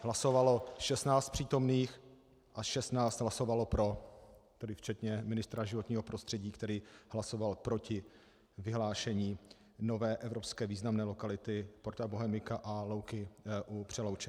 Hlasovalo 16 přítomných a 16 hlasovalo pro, tedy včetně ministra životního prostředí, který hlasoval proti vyhlášení nové evropské významné lokality Porta Bohemica a Louky u Přelouče.